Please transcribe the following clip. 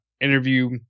interview